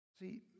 See